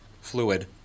fluid